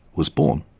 was born.